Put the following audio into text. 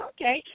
okay